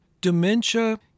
Dementia